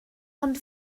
ond